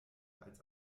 als